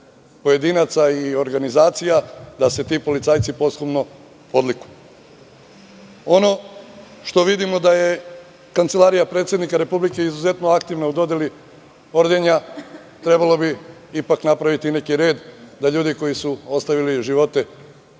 pojedinaca i organizacija da se ti policajci posthumno odlikuju? Ono što vidimo je da je Kancelarija predsednika Republike izuzetno aktivna u dodeli ordenja, ali, ipak bi trebalo napraviti neki red, da ljudi koji su ostavili živote